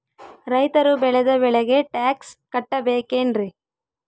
ರೈತರು ಬೆಳೆದ ಬೆಳೆಗೆ ಟ್ಯಾಕ್ಸ್ ಕಟ್ಟಬೇಕೆನ್ರಿ?